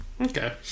okay